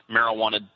Marijuana